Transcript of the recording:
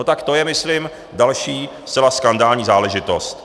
No tak to je, myslím, další zcela skandální záležitost.